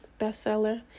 bestseller